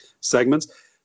segments